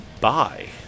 Bye